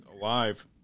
alive